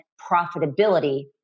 profitability